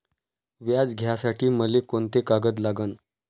व्याज घ्यासाठी मले कोंते कागद लागन?